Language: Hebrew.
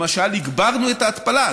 למשל, הגברנו את ההתפלה.